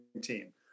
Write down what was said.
team